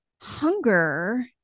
hunger